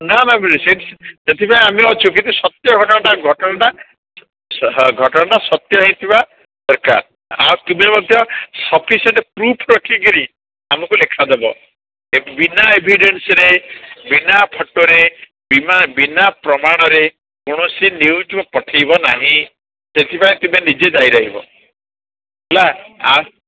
ନାଁ ନାଁ ସେଥିପାଇଁ ଆମେ ଅଛୁ କିନ୍ତୁ ସତ୍ୟ ଘଟଣାଟା ଘଟଣାଟା ହଁ ଘଟଣାଟା ସତ୍ୟ ହୋଇଥିବା ଦରକାର ଆଉ ତୁମେ ମଧ୍ୟ ସଫିସିଏଣ୍ଟ୍ ପୃଫ୍ ରଖିକିରି ଆମୁକୁ ଲେଖା ଦେବ ଏ ବିନା ଏଭିଡେନ୍ସ୍ରେ ବିନା ଫଟୋରେ ବିନା ବିନା ପ୍ରମାଣରେ କୌଣସି ନିଉଜ୍ ପଠେଇବ ନାହିଁ ସେଥିପାଇଁ ତୁମେ ନିଜେ ଦାୟୀ ରହିବ ହେଲା